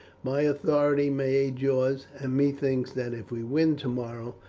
my authority may aid yours, and methinks that if we win tomorrow,